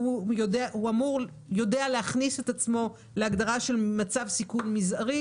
הוא יודע להכניס את עצמו להגדרה של מצב של סיכון מזערי.